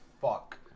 fuck